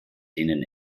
denen